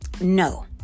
No